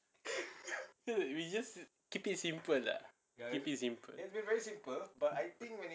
we just keep it simple lah keep it simple